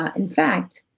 ah in fact,